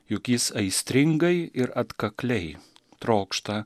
juk jis aistringai ir atkakliai trokšta